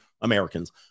Americans